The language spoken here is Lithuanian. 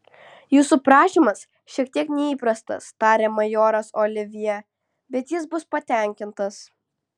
jūsų prašymas šiek tiek neįprastas tarė majoras olivjė bet jis bus patenkintas